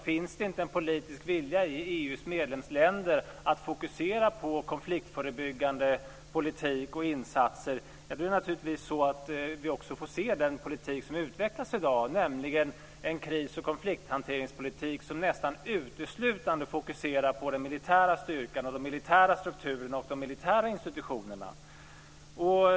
Finns det inte en politisk vilja i EU:s medlemsländer att fokusera på konfliktförebyggande politik och insatser får vi naturligtvis också se den politik som utvecklas i dag, nämligen en kris och konflikthanteringspolitik som nästan uteslutande fokuserar på den militära styrkan, de militära strukturerna och de militära institutionerna.